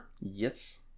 Yes